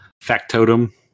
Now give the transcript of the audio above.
factotum